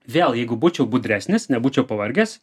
vėl jeigu būčiau budresnis nebūčiau pavargęs